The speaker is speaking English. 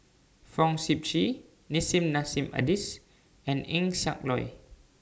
Fong Sip Chee Nissim Nassim Adis and Eng Siak Loy